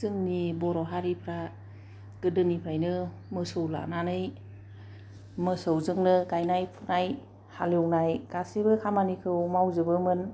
जोंनि बर' हारिफ्रा गोदोनिफ्रायनो मोसौ लानानै मोसौजोंनो गायनाय फुनाय हालेवनाय गासिबो खामानिखौ मावजोबोमोन